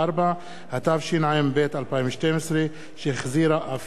התשע"ב 2012, שהחזירה ועדת הכספים.